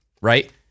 right